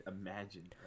imagine